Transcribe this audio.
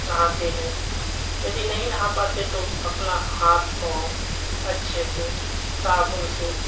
नहाते हैं यदि नहीं नहा पाते तो अपना हाथ पांव अच्छे से साबुन से